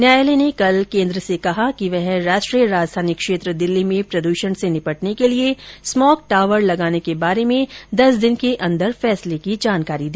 न्यायालय ने कल केन्द्र सरकार से कहा कि वह राष्ट्रीय राजधानी क्षेत्र दिल्ली में प्रदूषण से निपटने के लिए स्मॉग टावर लगाने के बारे में दस दिन के अन्दर फैसले की जानकारी दे